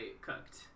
cooked